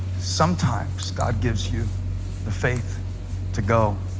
sometimes god gives you the faith to go